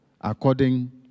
according